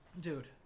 dude